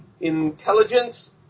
intelligence